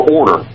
Order